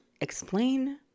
explain